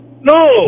No